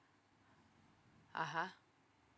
(uh huh)